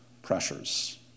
Pressures